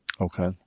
Okay